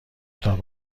تان